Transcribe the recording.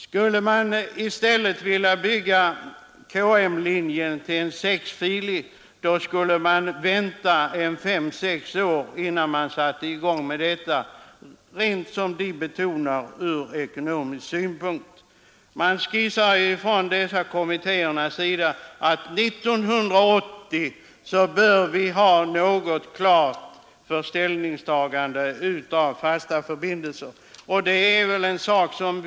Skulle man i stället vilja göra KM-linjen sexfilig, skulle man av ekonomiska skäl få vänta fem sex år innan man satte i gång med det. Kommittéerna skisserar att vi bör ha ett ställningstagande till fasta Öresundsförbindelser klart till 1980.